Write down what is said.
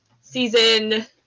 season